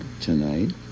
tonight